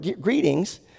greetings